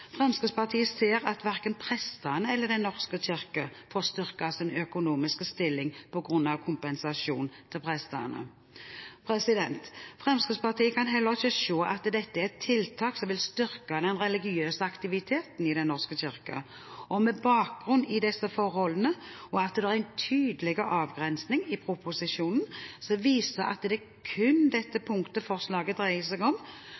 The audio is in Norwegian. Fremskrittspartiet ser at verken prestene eller Den norske kirke får styrket sin økonomiske stilling på grunn av kompensasjonen til prestene. Fremskrittspartiet kan heller ikke se at dette er et tiltak som vil styrke den religiøse aktiviteten i Den norske kirke. Med bakgrunn i disse forholdene og at det er en tydelig avgrensing i proposisjonen som viser at det kun er dette punktet forslaget dreier seg om,